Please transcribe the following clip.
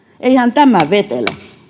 eihän tämä vetele